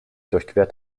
durchquert